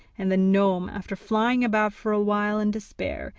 and the gnome, after flying about for a while in despair,